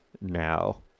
now